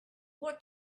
what